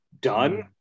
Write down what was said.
done